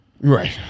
Right